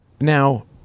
Now